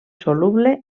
soluble